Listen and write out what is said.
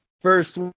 First